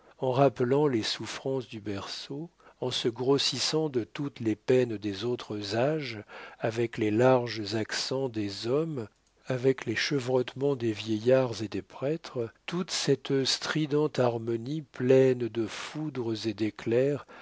en rappelant les souffrances du berceau en se grossissant de toutes les peines des autres âges avec les larges accents des hommes avec les chevrotements des vieillards et des prêtres toute cette stridente harmonie pleine de foudres et d'éclairs